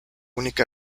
única